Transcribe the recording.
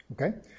Okay